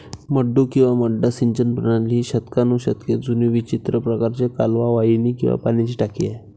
मड्डू किंवा मड्डा सिंचन प्रणाली ही शतकानुशतके जुनी विचित्र प्रकारची कालवा वाहिनी किंवा पाण्याची टाकी आहे